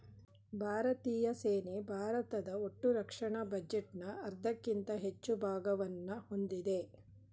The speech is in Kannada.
ಭಾರತೀಯ ಸೇನೆ ಭಾರತದ ಒಟ್ಟುರಕ್ಷಣಾ ಬಜೆಟ್ನ ಅರ್ಧಕ್ಕಿಂತ ಹೆಚ್ಚು ಭಾಗವನ್ನ ಹೊಂದಿದೆ